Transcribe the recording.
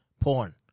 porn